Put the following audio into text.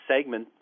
segment